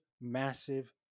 massive